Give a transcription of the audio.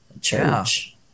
Church